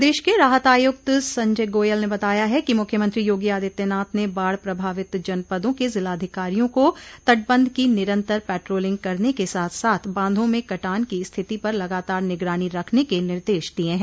प्रदेश के राहत आयुक्त संजय गोयल ने बताया कि मुख्यमंत्री योगी आदित्यनाथ ने बाढ़ प्रभावित जनपदों के जिलाधिकारियों को तटबंध की निरन्तर पेट्रोलिंग करने के साथ साथ बांधों में कटान की स्थिति पर लगातार निगरानी रखने के निर्देश दिये हैं